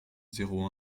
zéro